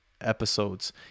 episodes